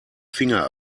finger